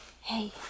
hey